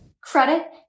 credit